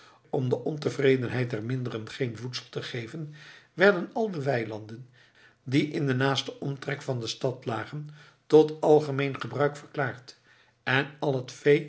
om de ontevredenheid der minderen geen voedsel te geven werden al de weilanden die in den naasten omtrek van de stad lagen tot algemeen gebruik verklaard en al het